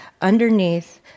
Underneath